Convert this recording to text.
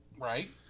Right